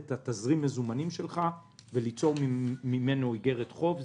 את תזרים המזומנים שלך וליצור ממנו איגרת חוב.